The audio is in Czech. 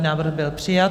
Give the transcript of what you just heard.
Návrh byl přijat.